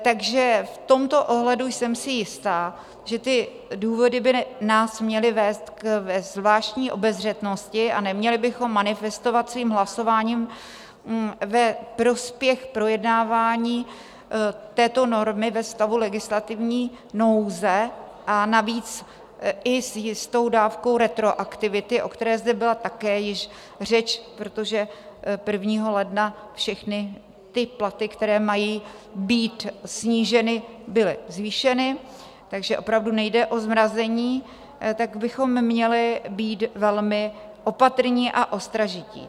Takže v tomto ohledu jsem si jistá, že ty důvody by nás měly vést ke zvláštní obezřetnosti a neměli bychom manifestovat svým hlasováním ve prospěch projednávání této normy ve stavu legislativní nouze, a navíc i s jistou dávkou retroaktivity, o které zde byla také již řeč, protože 1. ledna všechny ty platy, které mají být sníženy, byly zvýšeny, takže opravdu nejde o zmrazení, tak bychom měli být velmi opatrní a ostražití.